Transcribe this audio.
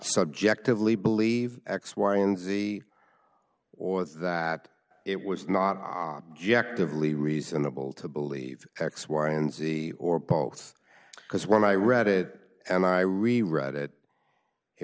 subjectively believe x y and z or that it was not objectively reasonable to believe x y and z or both because when i read it and i really read it it